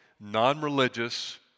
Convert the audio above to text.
non-religious